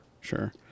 sure